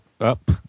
up